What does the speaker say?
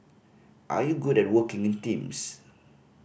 are you good at working in teams